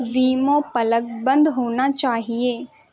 ویمو plug بند ہونا چاہیے